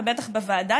ובטח בוועדה,